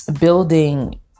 building